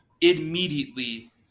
immediately